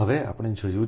હવે આપણે જોયું છે